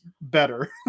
better